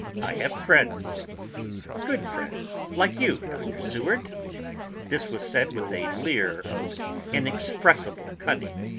i have friends good friends like you, dr. seward this was said with a leer of inexpressible cunning.